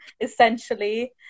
essentially